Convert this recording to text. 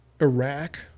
iraq